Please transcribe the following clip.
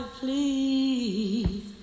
please